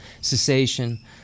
cessation